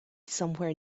somewhere